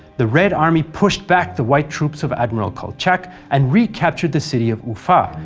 the red army pushed back the white troops of admiral kolchak and recaptured the city of ufa,